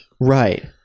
Right